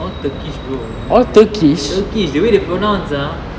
all turkish bro turkish the way they pronounce ah